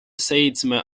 seitsme